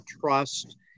trust